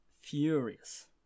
furious